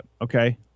okay